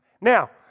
Now